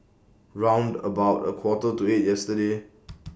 round about A Quarter to eight yesterday